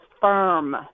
firm